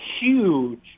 huge